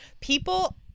people